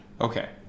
Okay